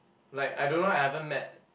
like I don't know I haven't met